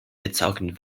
gezogen